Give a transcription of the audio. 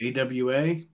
AWA